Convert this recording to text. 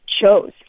chose